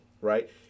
right